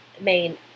main